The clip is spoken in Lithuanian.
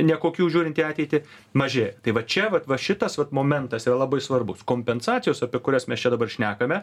nekokių žiūrint į ateitį maži tai va čia vat va šitas vat momentas yra labai svarbus kompensacijos apie kurias mes čia dabar šnekame